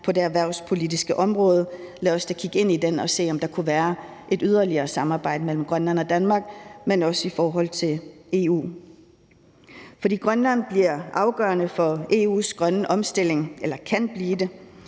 på det erhvervspolitiske område. Lad os da kigge ind i den og se, om der kunne være et yderligere samarbejde mellem Grønland og Danmark, men også i forhold til EU, for Grønland bliver afgørende for EU's grønne omstilling – eller kan blive det.